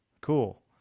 cool